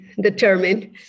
determined